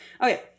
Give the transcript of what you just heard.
Okay